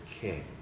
King